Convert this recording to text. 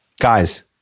Guys